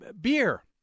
beer